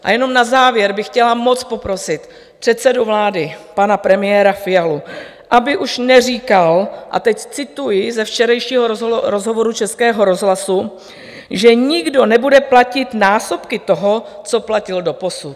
A jenom na závěr bych chtěla moc poprosit předsedu vlády, pana premiéra Fialu, aby už neříkal, a teď cituji ze včerejšího rozhovoru Českého rozhlasu, že nikdo nebude platit násobky toho, co platil doposud.